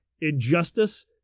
Injustice